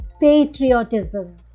patriotism